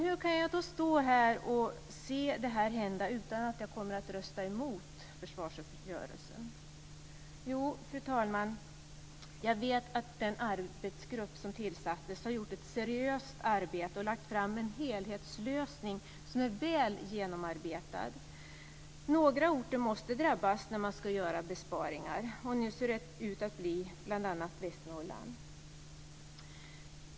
Hur kan jag då stå här och se det här hända utan att rösta mot försvarsuppgörelsen? Jo, fru talman, jag vet att den arbetsgrupp som tillsattes har gjort ett seriöst arbete och lagt fram en helhetslösning som är väl genomarbetad. Några orter måste drabbas när man ska göra besparingar och nu ser det ut att bli bl.a. Västernorrland.